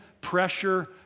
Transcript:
pressure